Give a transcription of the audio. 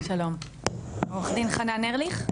עורך דין חנן ארליך.